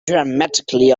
dramatically